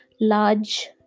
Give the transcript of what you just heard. large